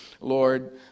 Lord